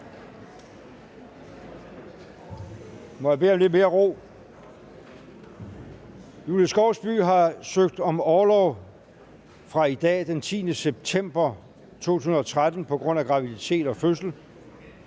Må jeg bede om lidt mere ro! Julie Skovsby (S) har søgt om orlov fra i dag, den 10. september 2013, på grund af graviditet og fødsel,